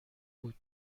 بود